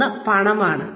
ഒന്ന് പണമാണ്